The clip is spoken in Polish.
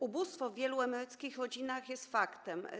Ubóstwo w wielu emeryckich rodzinach jest faktem.